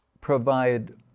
provide